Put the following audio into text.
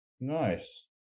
nice